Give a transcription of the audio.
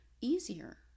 easier